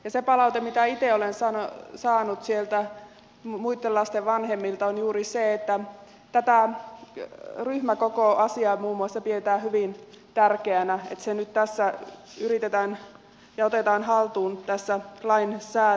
se palaute mitä itse olen saanut sieltä muitten lasten vanhemmilta on juuri se että tätä ryhmäkokoasiaa muun muassa pidetään hyvin tärkeänä ja sitä että se nyt yritetään ja otetaan haltuun tässä lainsäädännössä